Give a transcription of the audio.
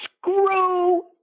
screw